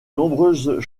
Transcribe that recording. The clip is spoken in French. nombreuses